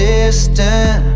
Distant